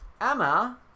Emma